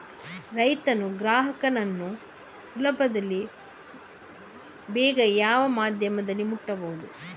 ರೈತನು ಗ್ರಾಹಕನನ್ನು ಸುಲಭದಲ್ಲಿ ಬೇಗ ಯಾವ ಮಾಧ್ಯಮದಲ್ಲಿ ಮುಟ್ಟಬಹುದು?